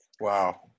Wow